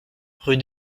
rue